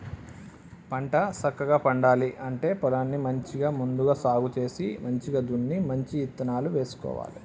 పంట సక్కగా పండాలి అంటే పొలాన్ని మంచిగా ముందుగా సాగు చేసి మంచిగ దున్ని మంచి ఇత్తనాలు వేసుకోవాలి